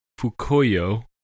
Fukuyo